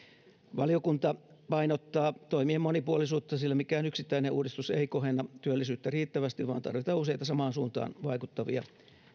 valiokunta painottaa toimien monipuolisuutta sillä mikään yksittäinen uudistus ei kohenna työllisyyttä riittävästi vaan tarvitaan useita samaan suuntaan vaikuttavia